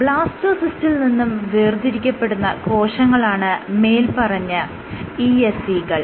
ബ്ലാസ്റ്റോസിസ്റ്റിൽ നിന്നും വേർതിരിക്കപ്പെടുന്ന കോശങ്ങളാണ് മേല്പറഞ്ഞ ESC കൾ